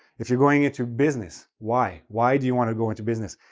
if you're going into business, why? why do you want to go into business?